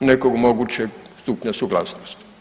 nekog mogućeg stupnja suglasnosti.